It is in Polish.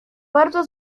bardzo